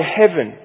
heaven